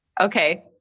okay